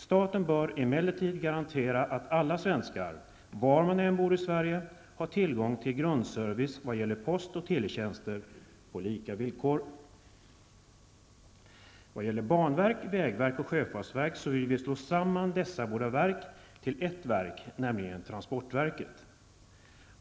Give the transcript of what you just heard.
Staten bör emellertid garantera att alla svenskar var de än bor i Sverige har tillgång till grundservice vad gäller post och teletjänster på lika villkor. Vad gäller banverk, vägverk och sjöfartsverk vill vi slå samman dessa tre verk till ett verk, nämligen transportverket.